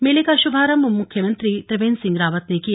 मेले का शुभारंभ मुख्यमंत्री त्रिवेंद्र सिंह रावत ने किया